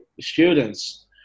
students